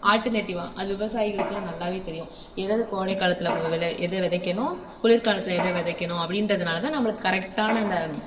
ஆல்ட்டர்நேட்டிவா அது விவசாயிகளுக்கெல்லாம் நல்லா தெரியும் எது எது கோடைக் காலத்தில் போ விளை எதை விதைக்கணும் குளிர் காலத்தில் எதை விதைக்கணும் அப்படின்றதுனால தான் நம்மளுக்கு கரெக்டான இந்த